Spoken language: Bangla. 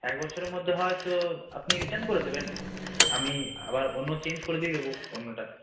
এক বছরের মধ্যে হয়ত আপনি রিটার্ন করে দেবেন আমি আবার অন্য চেঞ্জ করে দিয়ে দেব অন্যটা